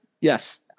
Yes